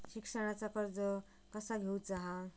शिक्षणाचा कर्ज कसा घेऊचा हा?